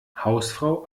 hausfrau